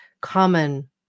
common